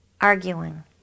arguing